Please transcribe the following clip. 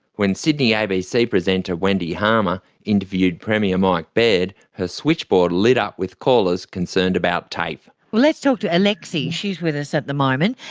when sydney abc presenter wendy harmer interviewed premier mike baird, her switchboard lit up with callers concerned about tafe. well, let's talk to alexis, she's with us at the moment,